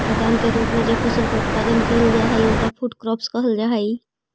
खाद्यान्न के रूप में जे फसल के उत्पादन कैइल जा हई ओकरा फूड क्रॉप्स कहल जा हई